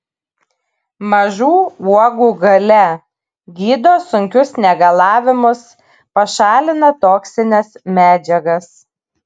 mažų uogų galia gydo sunkius negalavimus pašalina toksines medžiagas